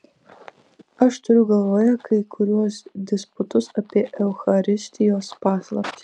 aš turiu galvoje kai kuriuos disputus apie eucharistijos paslaptį